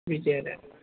बिदि आदा